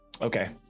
Okay